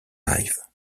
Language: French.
live